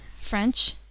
French